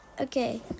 okay